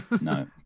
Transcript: No